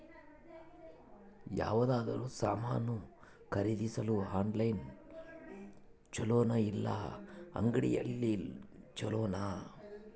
ಯಾವುದಾದರೂ ಸಾಮಾನು ಖರೇದಿಸಲು ಆನ್ಲೈನ್ ಛೊಲೊನಾ ಇಲ್ಲ ಅಂಗಡಿಯಲ್ಲಿ ಛೊಲೊನಾ?